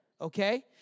Okay